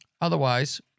otherwise